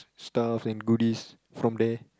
stuff and goodies from there